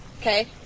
Okay